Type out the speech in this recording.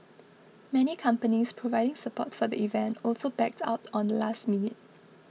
many companies providing support for the event also backed out on the last minute